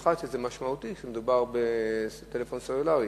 זה משמעותי כאשר מדובר בטלפון סלולרי.